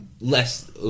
less